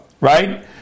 right